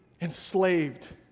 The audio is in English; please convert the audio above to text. enslaved